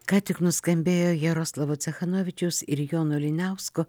ką tik nuskambėjo jaroslavo cechanovičiaus ir jono liniausko